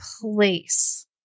place